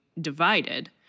divided